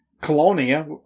Colonia